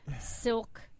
Silk